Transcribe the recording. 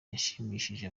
yashimishije